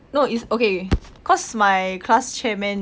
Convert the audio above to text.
no it's okay cause my class chairman